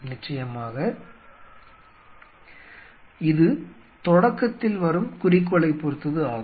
நிச்சயமாக இது தொடக்கத்தில் வரும் குறிக்கோளைப் பொருத்தது ஆகும்